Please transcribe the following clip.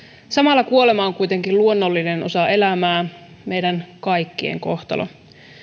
samalla kuolema on kuitenkin luonnollinen osa elämää meidän kaikkien kohtalomme